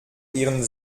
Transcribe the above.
ihren